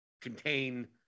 contain